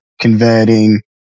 converting